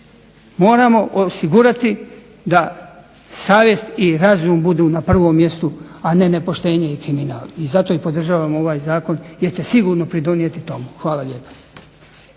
Moramo osigurati da savjest i razum budu na prvom mjestu, a ne nepoštenje i kriminal. I zato i podržavamo ovaj zakon jer će sigurno pridonijeti tome. Hvala lijepo.